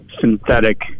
synthetic